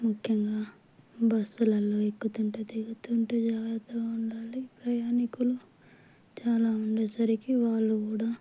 ముఖ్యంగా బస్సులలో ఎక్కుతుంటే దిగుతుంటే జాగ్రత్తగా ఉండాలి ప్రయాణికులు చాలా ఉండేసరికి వాళ్ళు కూడా